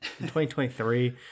2023